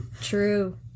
true